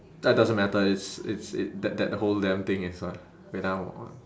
that doesn't matter it's it's it that that whole damn thing is a wait ah one